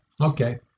Okay